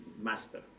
master